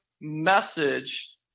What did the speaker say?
message